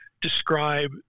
describe